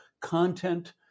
content